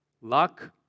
luck